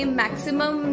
maximum